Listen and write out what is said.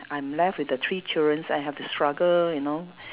I'm left with the three children I have to struggle you know